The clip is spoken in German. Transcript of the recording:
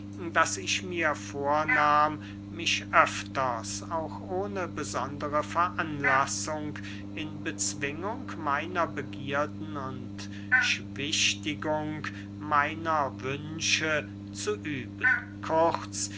daß ich mir vornahm mich öfters auch ohne besondere veranlassung in bezwingung meiner begierden und schwichtigung meiner wünsche zu üben